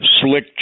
Slick